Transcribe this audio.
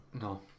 No